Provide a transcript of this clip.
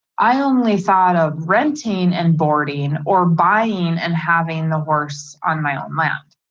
i only thought of renting and boarding or buying and having the horse on my own land.